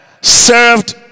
served